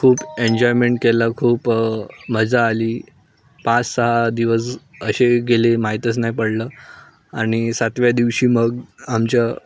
खूप एन्जॉयमेंट केला खूप मजा आली पाच सहा दिवस असे गेले माहीतच नाही पडलं आणि सातव्या दिवशी मग आमच्या